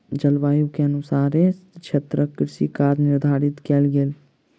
जलवायु के अनुसारे क्षेत्रक कृषि काज निर्धारित कयल गेल